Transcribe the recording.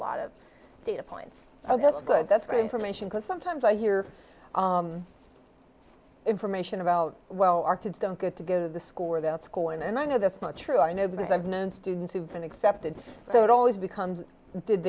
lot of data points good that's good information because sometimes i hear information about well our kids don't get to go to the school or that school and i know that's not true i know because i've known students who've been accepted so it always becomes did